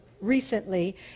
recently